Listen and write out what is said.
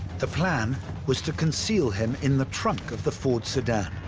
the plan was to conceal him in the trunk of the ford sedan,